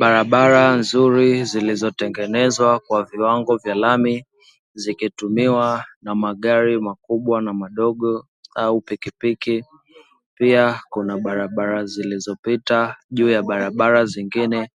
Barabara nzuri zilizotengenezwa kwa viwango vya lami zikitumiwa na magari makubwa na madogo au pikipiki, pia kuna barabara zilizopita juu barabara zingine